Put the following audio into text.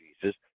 Jesus